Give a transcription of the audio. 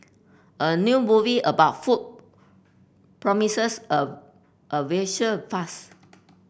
a new movie about food promises a a visual fast